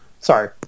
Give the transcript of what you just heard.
Sorry